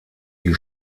die